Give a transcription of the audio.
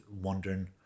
wondering